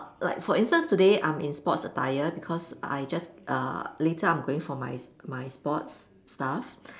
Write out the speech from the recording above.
like for instance today I'm in sports attire because I just uh later I'm going for my my sports stuff